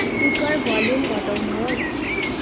speaker volume घटाउनुहोस्